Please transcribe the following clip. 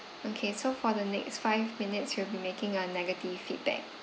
okay so for the next five minutes we'll be making a negative feedback